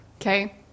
Okay